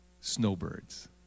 Snowbirds